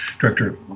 director